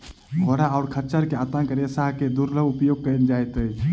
घोड़ा आ खच्चर के आंतक रेशा के दुर्लभ उपयोग कयल जाइत अछि